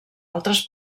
altres